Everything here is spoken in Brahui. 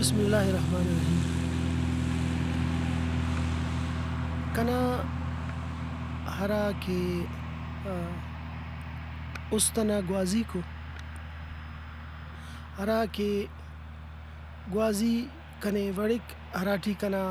بسم اللہ الرحمن الرحیم کنا ہراکہ اُست نا گوازیکو ہراکہ گوازی کنے وڑک ہراٹی کنا